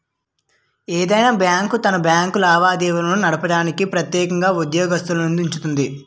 ఏదైనా బ్యాంకు తన బ్యాంకు లావాదేవీలు నడపడానికి ప్రెత్యేకంగా ఉద్యోగత్తులనుంచుతాది